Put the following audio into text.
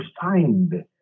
find